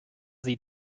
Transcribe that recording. sie